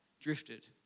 drifted